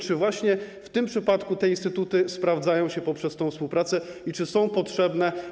Czy właśnie w tym przypadku te instytuty sprawdzają się poprzez tę współpracę i czy są one potrzebne?